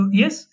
yes